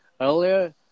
earlier